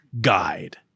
guide